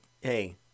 hey